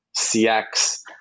CX